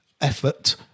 effort